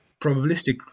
probabilistic